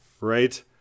right